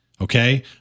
Okay